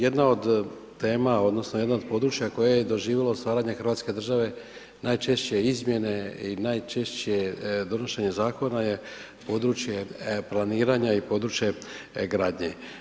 Jedna od tema odnosno jedno od područja koje je doživjelo stvaranje Hrvatske države najčešće izmjene i najčešće donošenje zakona je područje planiranja i područje gradnje.